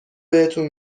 بهتون